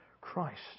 Christ